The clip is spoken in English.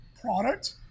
product